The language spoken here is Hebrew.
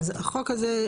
אז החוק הזה,